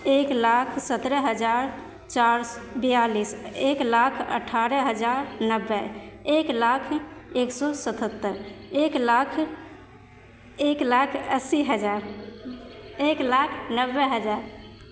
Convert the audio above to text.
एक लाख सत्रह हजार चार सए बियालिस एक लाख अठारह हजार नबे एक लाख एक सौ सतहत्तर एक लाख एक लाख अस्सी हजार एक लाख नबे हजार